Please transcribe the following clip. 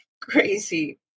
crazy